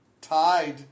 tied